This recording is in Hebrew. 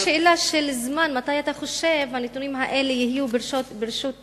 רק שאלה של זמן: מתי אתה חושב שהנתונים האלה יהיו ברשותנו?